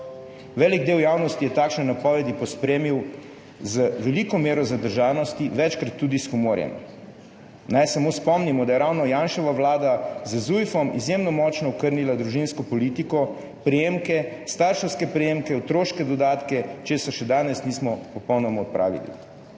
Velik del javnosti je takšne napovedi pospremil z veliko mero zadržanosti, večkrat tudi s humorjem. Naj samo spomnimo, da je ravno Janševa vlada z Zujfom izjemno močno okrnila družinsko politiko, starševske prejemke, otroške dodatke, česar še danes nismo popolnoma odpravili.